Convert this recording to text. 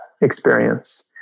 experience